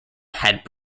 had